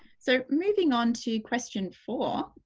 so, moving on to question four.